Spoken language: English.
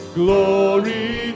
glory